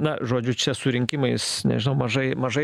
na žodžiu čia surinkimais nežinau mažai mažai